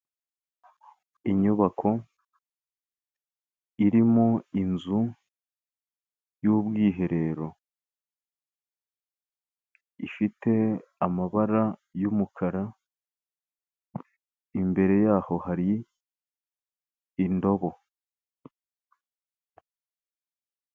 Inyubako iri mu inzu y'ubwiherero, ifite amabara y'umukara, imbere yaho hari indobo.